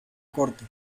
corte